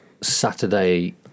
Saturday